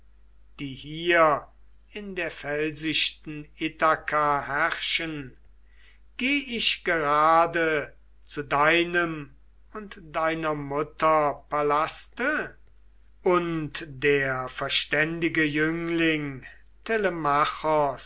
die hier in der felsichten ithaka herrschen geh ich gerade zu deinem und deiner mutter palaste und der verständige jüngling